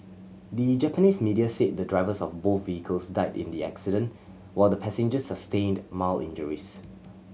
the Japanese media said the drivers of both vehicles died in the accident while the passengers sustained mild injuries